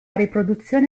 riproduzione